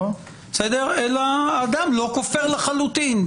אלא אדם לא כופר לחלוטין.